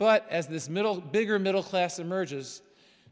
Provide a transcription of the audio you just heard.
but as this middle bigger middle class emerges